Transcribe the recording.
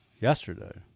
Yesterday